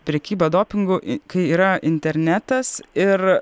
prekybą dopingu kai yra internetas ir